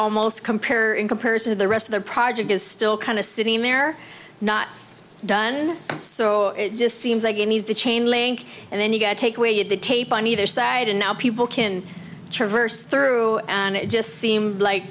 almost compare in comparison to the rest of the project is still kind of sitting there not done so it just seems like the chain link and then you've got to take away the tape on either side and now people can traverse through and it just seem like